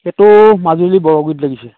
এইটো মাজুলী বৰগুৰিত লাগিছে